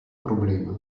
problema